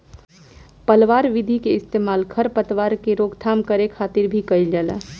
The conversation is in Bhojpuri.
पलवार विधि के इस्तेमाल खर पतवार के रोकथाम करे खातिर भी कइल जाला